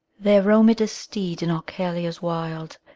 there roamed a steed in oechalia's wild,